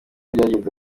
byagenze